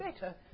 better